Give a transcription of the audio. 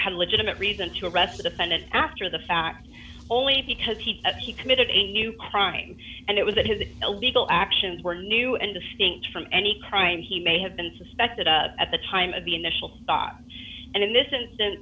had a legitimate reason to arrest the defendant after the fact only because he committed a new trying and it was that his illegal actions were new and distinct from any crime he may have been suspected a at the time of the initial thought and i